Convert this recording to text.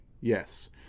Yes